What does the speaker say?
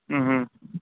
ம் ம்